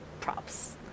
props